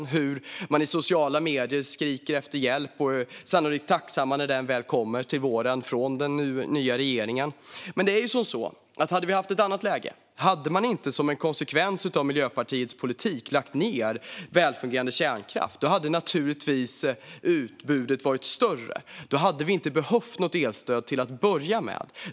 Vi ser hur man i sociala medier skriker efter hjälp och sannolikt kommer att vara tacksam när den väl kommer från den nya regeringen till våren. Om vi hade haft ett annat läge och man inte som en konsekvens av Miljöpartiets politik hade lagt ned välfungerande kärnkraft hade utbudet naturligtvis varit större. Då hade vi inte behövt något elstöd till att börja med.